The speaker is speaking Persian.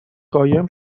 قایم